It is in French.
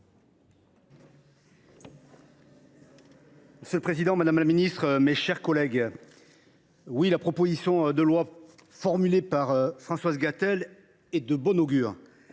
Monsieur le président, madame la ministre, mes chers collègues, la proposition de loi de Françoise Gatel est de bon augure.